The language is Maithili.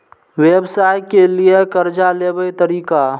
व्यवसाय के लियै कर्जा लेबे तरीका?